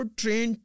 train